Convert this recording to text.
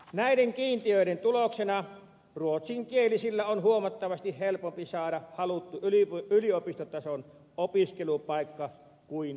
näiden kiintiöiden tuloksena ruotsinkielisten on huomattavasti helpompi saada haluttu yliopistotason opiskelupaikka kuin suomenkielisten